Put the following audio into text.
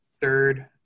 third